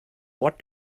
what